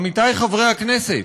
עמיתי חברי הכנסת,